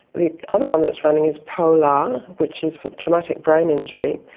the other one that's running is polar, which is for traumatic brain injury,